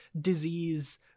disease